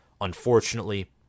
Unfortunately